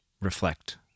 reflect